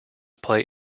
play